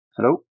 Hello